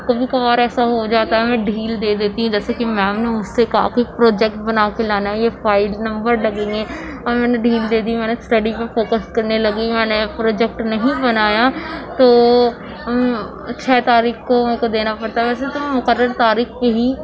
کبھی کبھار ایسا ہو جاتا ہے ہمیں ڈھیل دے دیتی ہیں جیسے کہ میم نے مجھ سے کہا کہ پروجیکٹ بنا کے لانا ہے یہ فائل نمبر لگیں گے اور میں نے ڈھیل دے دی میں نے اسٹڈی پہ فوکس کرنے لگی میں نے پروجیکٹ نہیں بنایا تو چھ تاریخ کو میرے کو دینا پڑتا ہے ویسے تو مقرر تاریخ پہ ہی